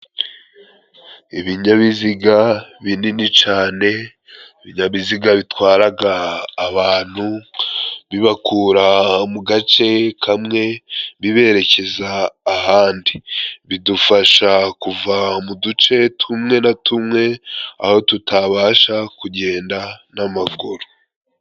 Ibinyabiziga binini cane, ibinyabiziga bitwaraga abantu, bibakura mu gace kamwe biberekeza ahandi bidufasha kuva mu duce tumwe na tumwe aho tutabasha kugenda n'amaguru.